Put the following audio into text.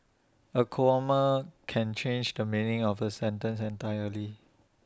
A comma can change the meaning of A sentence entirely